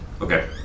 Okay